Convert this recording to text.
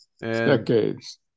Decades